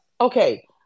Okay